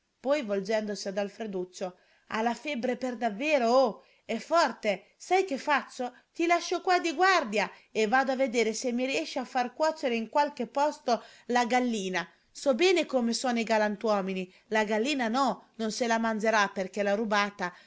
poi volgendosi ad alfreduccio ha la febbre per davvero oh e forte sai che faccio ti lascio qua di guardia e vado a vedere se mi riesce far cuocere in qualche posto la gallina so bene come sono i galantuomini la gallina no non se la mangerà perché l'ho rubata